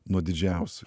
nuo didžiausių